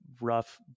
rough